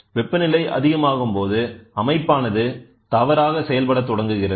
வெப்பநிலை அதிகமாகும்போது அமைப்பானது தவறாக செயல்படத் தொடங்குகிறது